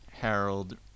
Harold